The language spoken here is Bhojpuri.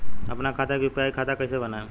आपन खाता के यू.पी.आई खाता कईसे बनाएम?